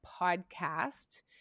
podcast